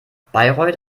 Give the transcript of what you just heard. bayreuth